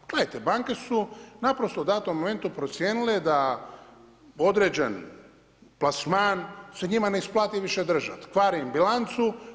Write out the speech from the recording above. Pa gledajte, banke su naprosto u datom momentu procijenile da određen plasman se njima ne isplati više držati, kvari im bilancu.